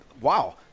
wow